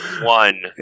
One